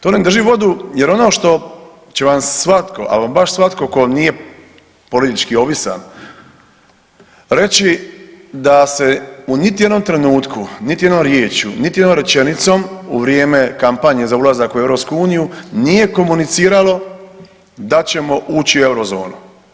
To ne drži vodu jer ono što će vam svatko, ama baš svatko tko nije politički ovisan reći da se u niti jednom trenutku, niti jednom riječju, niti jednom rečenicom u vrijeme kampanje za ulazak u EU nije komuniciralo da ćemo ući u eurozonu.